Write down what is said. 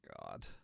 God